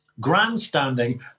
grandstanding